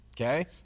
okay